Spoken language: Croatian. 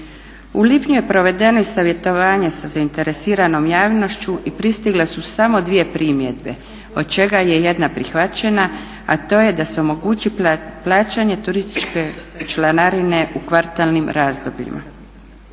U lipnju je provedeno i savjetovanje sa zainteresiranom javnošću i pristigle su samo dvije primjedbe od čega je jedna prihvaćena, a to je da se omogući plaćanje turističke članarine u kvartalnim razdobljima.